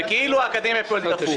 וכאילו האקדמיה פועלת באופן הפוך.